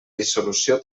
dissolució